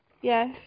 Yes